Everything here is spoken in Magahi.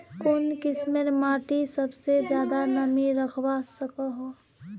कुन किस्मेर माटी सबसे ज्यादा नमी रखवा सको हो?